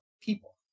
people